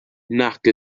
nac